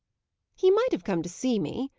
he might have come to see me,